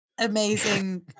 amazing